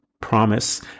promise